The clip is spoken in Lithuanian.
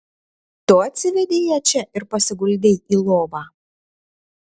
tu atsivedei ją čia ir pasiguldei į lovą